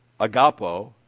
agapo